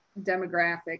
demographic